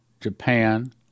Japan